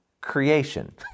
Creation